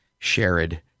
Sherrod